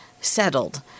settled